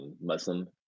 Muslim